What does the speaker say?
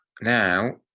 now